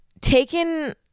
taken